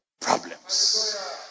problems